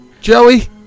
Joey